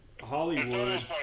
Hollywood